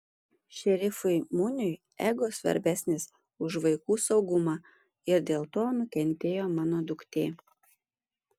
šerifui muniui ego svarbesnis už vaikų saugumą ir dėl to nukentėjo mano duktė